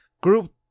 Group